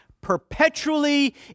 perpetually